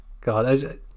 god